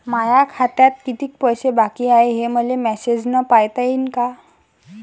माया खात्यात कितीक पैसे बाकी हाय, हे मले मॅसेजन पायता येईन का?